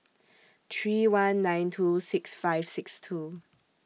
three one nine two six five six two